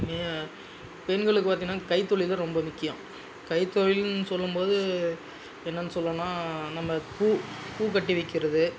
பெண்களுக்கு பாத்திங்கனா கைத்தொழில்கள் ரொம்ப முக்கியம் கைத்தொழில்னு சொல்லும்போது என்னன்னு சொல்லணுன்னா நம்ம பூ பூ கட்டி விற்கிறது